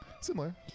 Similar